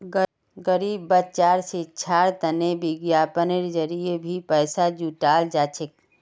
गरीब बच्चार शिक्षार तने विज्ञापनेर जरिये भी पैसा जुटाल जा छेक